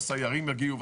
שהסיירים יגיעו,